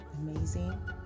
amazing